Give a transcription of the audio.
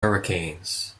hurricanes